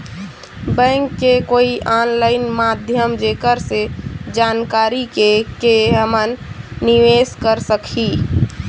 Bank के कोई online माध्यम जेकर से जानकारी के के हमन निवेस कर सकही?